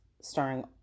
starring